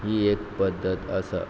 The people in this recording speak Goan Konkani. ही एक पद्दत आसा